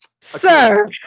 Sir